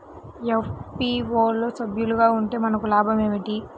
FPO లో సభ్యులుగా ఉంటే మనకు లాభం ఏమిటి?